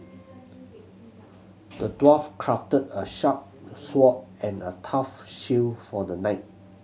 the dwarf crafted a sharp sword and a tough shield for the knight